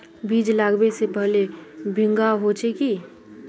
बीज लागबे से पहले भींगावे होचे की?